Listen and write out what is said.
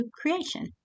Creation